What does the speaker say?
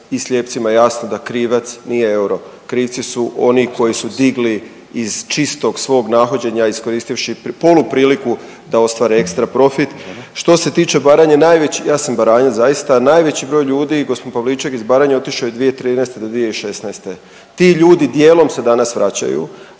i slijepcima jasno da krivac nije euro. Krivci su oni koji su digli iz čistog svog nahođenja iskoristivši polu priliku da ostvare ekstra profit. Što se tiče Baranje najveći, ja sam Baranjac, zaista najveći broj ljudi gospon Pavliček iz Baranje otišao je 2013. do 2016. Ti ljudi dijelom se danas vraćaju.